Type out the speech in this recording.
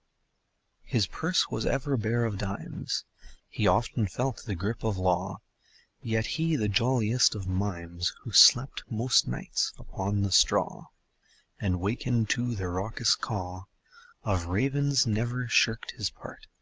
his purse was ever bare of dimes he often felt the grip of law yet he, the jolliest of mimes, who slept most nights upon the straw and wakened to the raucous caw of ravens, never shirked his part